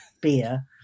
beer